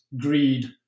Greed